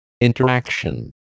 Interaction